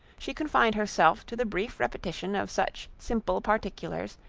she confined herself to the brief repetition of such simple particulars,